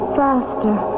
faster